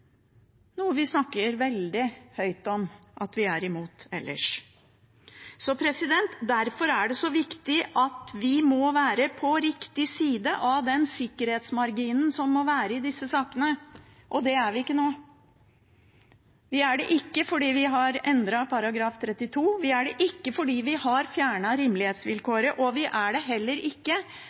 noe vi snakker veldig høyt om at vi er imot ellers? Derfor er det så viktig at vi må være på riktig side av den sikkerhetsmarginen som må være i disse sakene, og det er vi ikke nå. Vi er det ikke fordi vi har endret § 32, vi er det ikke fordi vi har fjernet rimelighetsvilkåret, og vi er det heller ikke